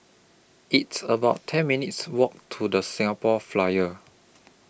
It's about ten minutes' Walk to The Singapore Flyer